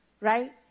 right